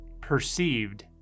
perceived